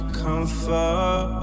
comfort